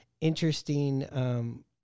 interesting